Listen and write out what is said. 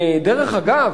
דרך אגב,